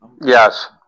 Yes